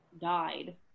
died